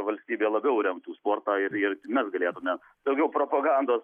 valstybė labiau remtų sportą ir ir mes galėtume daugiau propagandos